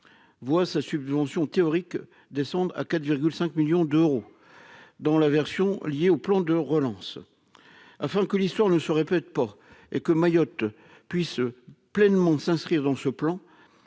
voit sa subvention théorique descendre à 4,5 millions d'euros dans la version liée au plan de relance afin que l'histoire ne se répète pas, et que Mayotte puisse pleinement s'inscrire dans ce plan,